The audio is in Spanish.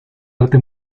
arte